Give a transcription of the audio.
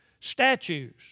statues